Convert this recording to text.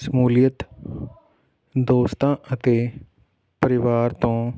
ਸ਼ਮੂਲੀਅਤ ਦੋਸਤਾਂ ਅਤੇ ਪਰਿਵਾਰ ਤੋਂ